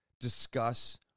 discuss